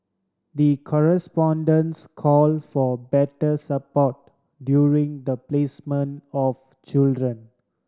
the call for better support during the placement of children